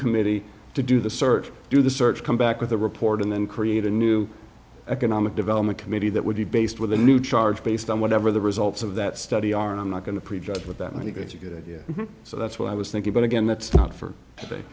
committee to do the search do the search come back with a report and then create a new economic development committee that would be based with a new charge based on whatever the results of that study are i'm not going to pre judge with that i think it's a good idea so that's what i was thinking but again that's not for